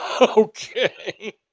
Okay